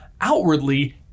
outwardly